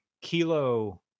Kilo